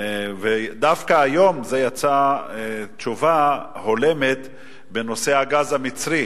דווקא היום יצאה תשובה הולמת בנושא הגז המצרי,